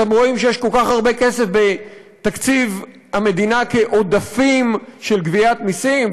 אתם רואים שיש כל כך הרבה כסף בתקציב המדינה כעודפים של גביית מסים,